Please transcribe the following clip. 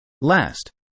Last